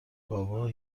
گاوا